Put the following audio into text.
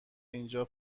اینجا